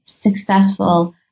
successful